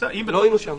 לא היינו שם.